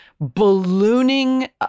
ballooning